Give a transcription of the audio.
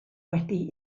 wedi